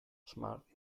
smart